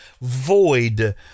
void